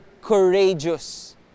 courageous